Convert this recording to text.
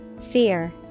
Fear